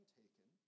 taken